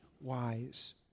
wise